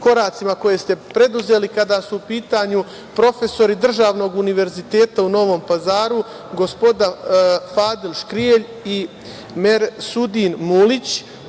koracima koje ste preduzeli kada su u pitanju profesori Državnog univerziteta u Novom Pazaru, gospodin Fadil Škrijelj i Mersudin Mulić,